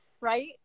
right